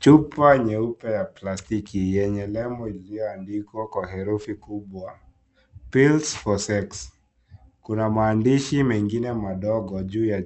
Chupa nyeupe ya plastiki yenye lembo ilioandikwa kwa herufi kubwa, (cs)pills for sex(cs), kuna maandishi mengine madogo juu ya,